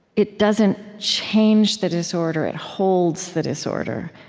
it doesn't change the disorder it holds the disorder,